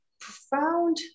profound